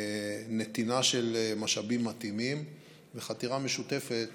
נתינה של משאבים מתאימים וחתירה משותפת